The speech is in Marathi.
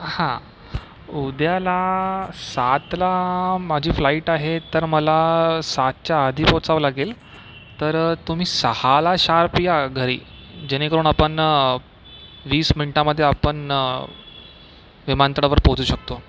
हां उद्याला सातला माझी फ्लाईट आहे तर मला सातच्या आधी पोचावं लागेल तर तुम्ही सहाला शार्प या घरी जेणेकरून आपण वीस मिनिटामध्ये आपण विमानतळावर पोचू शकतो